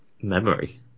Memory